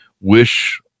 Wish